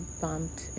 bumped